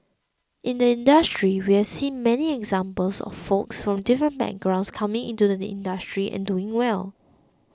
in the industry we've seen many examples of folks from different backgrounds coming into the industry and doing well